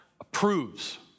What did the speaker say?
approves